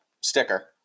sticker